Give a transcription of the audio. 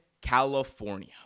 California